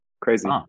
Crazy